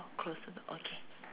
close the door okay